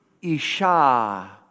Isha